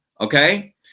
Okay